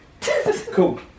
Cool